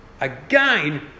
again